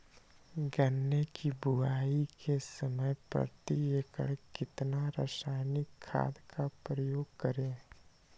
गन्ने की बुवाई के समय प्रति एकड़ कितना रासायनिक खाद का उपयोग करें?